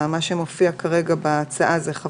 מה שמופיע כרגע בהצעה זה: 7. תקופת כהונה,